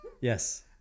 Yes